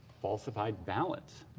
falsified ballots.